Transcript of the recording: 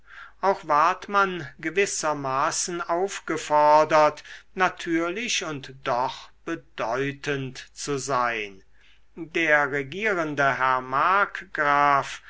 auch ward man gewissermaßen aufgefordert natürlich und doch bedeutend zu sein der regierende herr markgraf